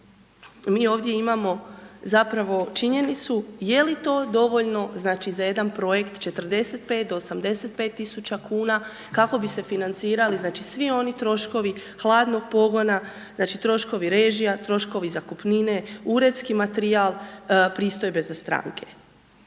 mi ovdje imamo zapravo činjenicu je li to dovoljno, znači, za jedan projekt 45 do 85.000,00 kn, kako bi se financirali, znači, svi oni troškovi hladnog pogona, znači, troškovi režija, troškovi zakupnine, uredski materijal, pristojbe za stranke.